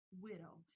widow